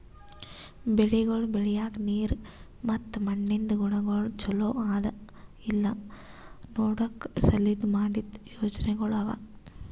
ಬೆಳಿಗೊಳ್ ಬೆಳಿಯಾಗ್ ನೀರ್ ಮತ್ತ ಮಣ್ಣಿಂದ್ ಗುಣಗೊಳ್ ಛಲೋ ಅದಾ ಇಲ್ಲಾ ನೋಡ್ಕೋ ಸಲೆಂದ್ ಮಾಡಿದ್ದ ಯೋಜನೆಗೊಳ್ ಅವಾ